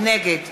נגד